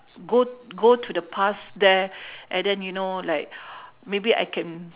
go go to the past there and then you know like maybe I can